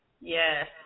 Yes